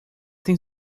tem